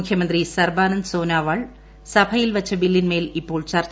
മുഖ്യമന്ത്രി സർബാനന്ദ് സോനോവാൾ സഭയിൽ വച്ച ബില്ലിൻ മേൽ ഇപ്പോൾ ചർച്ച തുടരുകയാണ്